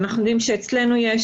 אנחנו יודעים שאצלנו יש.